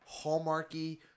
hallmarky